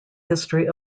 history